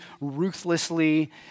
ruthlessly